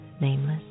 nameless